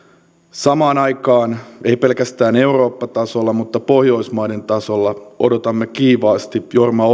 samaan aikaan emme pelkästään eurooppa tasolla vaan myös pohjoismaiden tasolla odotamme kiivaasti jorma ollilan